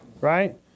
right